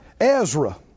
Ezra